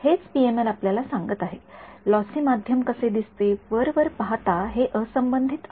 हेच पीएमएल आपल्याला सांगत आहे लॉसी माध्यम कसे दिसते वर वर पाहता हे असंबंधित आहे